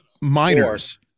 minors